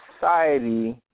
society